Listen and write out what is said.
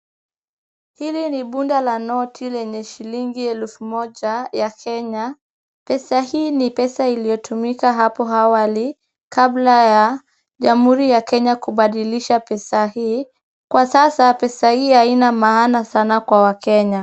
Hili ni bunda la noti lenye shilingi elfu moja ya Kenya . Pesa hii ni pesa iliyotumika hapo awali kabla ya jamhuri ya Kenya kubadilisha pesa hii. Kwa sasa pesa hii haina maana sana kwa wakenya.